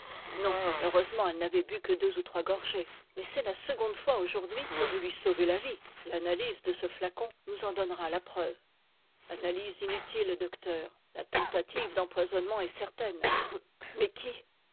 non heureusement elle n'avait bu que deux ou trois gorgées mais c'est la seconde fois aujourd'hui que vous lui sauvez la vie l'analyse de ce flacon nous en donnera la preuve analyse inutile docteur la tentative d'empoisonnement est certaine mais qui